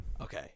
Okay